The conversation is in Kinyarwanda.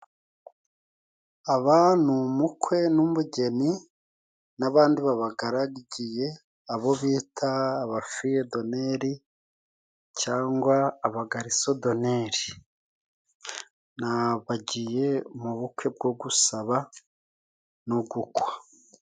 Aba ni umukwe n'umugeni n'abandi babagaragiye, abo bita abafiyedoneli cyangwa abagarisodoneri. Ni abagiye mu bukwe bwo gusaba no gukwa.